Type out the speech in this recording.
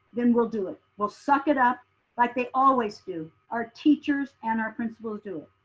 then we'll do it. we'll suck it up like they always do. our teachers and our principals do it.